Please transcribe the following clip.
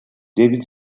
david